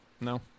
No